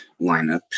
lineup